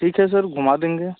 ठीक है सर घूमा देंगे